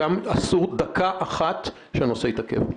שם אסור דקה אחת שהנושא יתעכב.